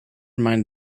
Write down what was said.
mind